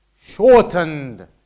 shortened